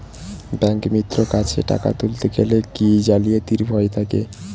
ব্যাঙ্কিমিত্র কাছে টাকা তুলতে গেলে কি জালিয়াতির ভয় থাকে?